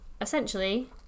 essentially